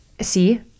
see